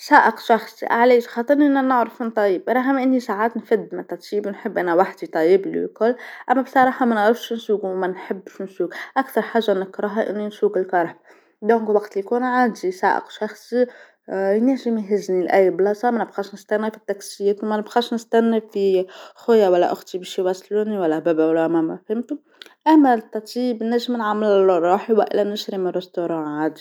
سائق شخصي، علاش، علاخاطر أنا نعرف نطيب، الأهم أني ساعات تنفد نحب أنا واحد يطيبلي والكل، أما بصراحه ما نعرفش نسوق وما نحبش نسوق، أكثر حاجه نكرهها أني نسوق الكرهبه، إذن وقت اللي يكون عندي سائق شخصي ينجم يهزني لأي بلاصه ما نبقاش نستنى في الطاكسيات وما نبقاش نستنى في خويا ولا أختي باش يوصلوني ولا بابا ولا ماما، فهمتو، أما التطييب نجم نعمللو روحي وإلا نشري من المطعم عادي.